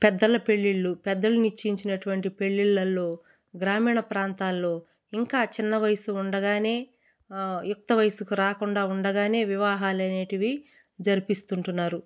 పెద్దల పెళ్ళిళ్ళు పెద్దలు నిశ్చయించినటువంటి పెళ్ళిళ్ళల్లో గ్రామీణ ప్రాంతాల్లో ఇంకా చిన్న వయసు ఉండగానే యుక్త వయసుకు రాకుండా ఉండగానే వివాహాలు అనేటివి జరిపిస్తుంటున్నారు